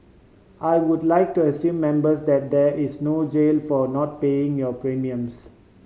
I would like to assure Members that there is no jail for not paying your premiums